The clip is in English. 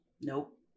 Nope